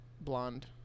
Blonde